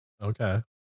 Okay